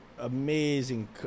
amazing